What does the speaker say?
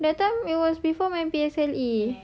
that time it was before my P_S_L_E